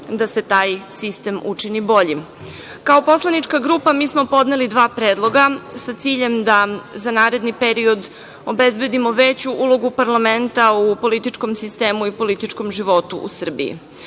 da se taj sistem učini boljim. Kao poslanička grupa mi smo podneli dva predloga sa ciljem da za narodni period obezbedimo veću ulogu parlamenta u političkom sistemu i političkom životu u Srbiji. Narodna